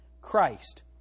Christ